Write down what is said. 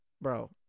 bro